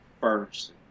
first